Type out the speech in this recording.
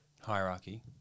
Hierarchy